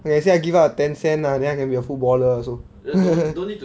I can say I give up a ten cent ah then I can be a footballer also